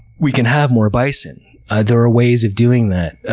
we can have more bison. ah there are ways of doing that,